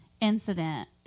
incident